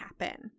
happen